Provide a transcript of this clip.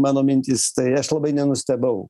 mano mintys tai aš labai nenustebau